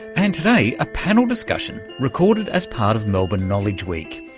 and today a panel discussion recorded as part of melbourne knowledge week.